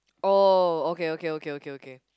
oh okay okay okay okay okay